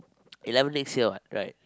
eleven next year what right